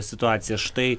situaciją štai